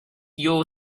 you